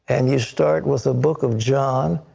and you start with the book of john.